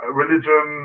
religion